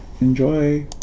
enjoy